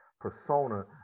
persona